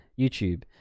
YouTube